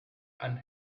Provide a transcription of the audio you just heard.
and